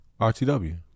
RTW